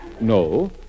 No